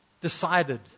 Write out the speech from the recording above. decided